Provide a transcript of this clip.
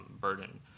burden